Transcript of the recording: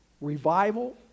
revival